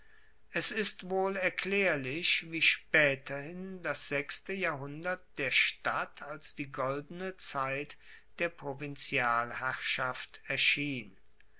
es ist wohl erklaerlich wie spaeterhin das sechste jahrhundert der stadt als die goldene zeit der provinzialherrschaft erschien